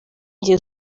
njye